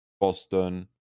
Boston